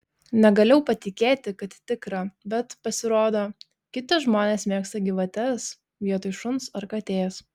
negalėjau patikėti kad tikra bet pasirodo kiti žmonės mėgsta gyvates vietoj šuns ar katės